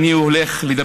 בנושא: